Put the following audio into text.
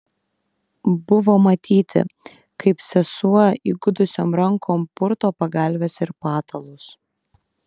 buvo matyti kaip sesuo įgudusiom rankom purto pagalves ir patalus